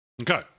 Okay